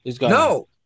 No